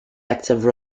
active